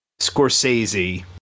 Scorsese